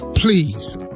Please